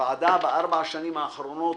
הוועדה בארבע השנים האחרונות